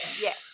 Yes